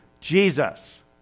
Jesus